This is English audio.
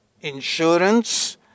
insurance